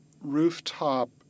rooftop